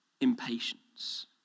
impatience